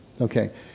Okay